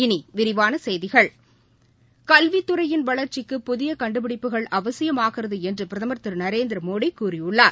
இனி விரிவான செய்திகள் கல்வித்துறையின் வளர்ச்சிக்கு புதிய கண்டுபிடிப்புகள் அவசியமாகிறது என்று பிரதமர் திரு நரேந்திரமோடி கூறியுள்ளார்